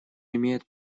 имеет